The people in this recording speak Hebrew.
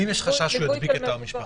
ואם יש חשש שהוא ידביק את המשפחה?